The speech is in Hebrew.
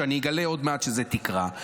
שאני אגלה עוד מעט שזו תקרה?